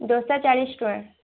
ଦୋସା ଚାଳିଶ ଟଙ୍କା